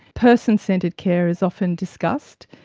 person centred care is often discussed.